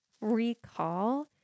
recall